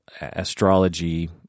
astrology